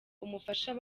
umufasha